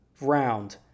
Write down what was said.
round